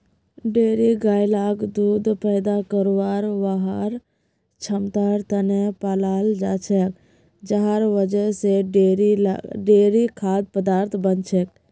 dairy गाय लाक दूध पैदा करवार वहार क्षमतार त न पालाल जा छेक जहार वजह से डेयरी खाद्य पदार्थ बन छेक